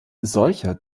solcher